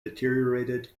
deteriorated